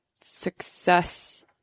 success